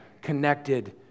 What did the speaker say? connected